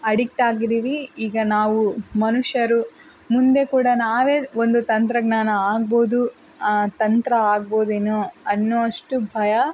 addict ಆಗಿದೀವಿ ಈಗ ನಾವು ಮನುಷ್ಯರು ಮುಂದೆ ಕೂಡ ನಾವೇ ಒಂದು ತಂತ್ರಜ್ಞಾನ ಆಗ್ಬೋದು ತಂತ್ರ ಆಗ್ಬೋದೇನೋ ಅನ್ನುವಷ್ಟು ಭಯ